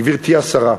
גברתי השרה,